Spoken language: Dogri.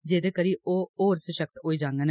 जेहदे करी ओह् होर सशक्त होई जांडन